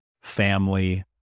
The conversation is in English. family